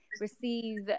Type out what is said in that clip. receive